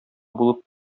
булып